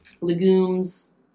legumes